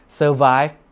survive